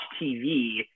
TV